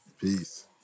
Peace